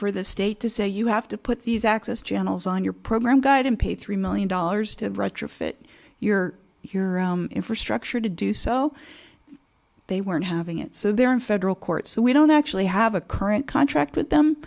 for the state to say you have to put these access channels on your program guide and pay three million dollars to retrofit your your infrastructure to do so they weren't having it so they're in federal court so we don't actually have a current contract with them